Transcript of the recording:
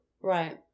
Right